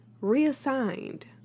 reassigned